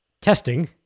testing